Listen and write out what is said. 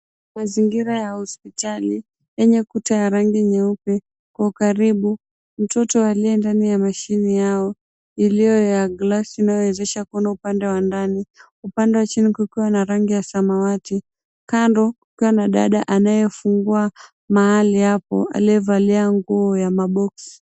Mazingira ya hospitali yenye kuta ya rangi nyeupe. Kwa karibu, mtoto aliye ndani ya mashini yao iliyo ya glasi inayowezesha kuona upande wa ndani, upande wa chini kukiwa na rangi ya samawati. Kando kukiwa na dada anayefungua mahali hapo aliyevalia nguo ya maboksi.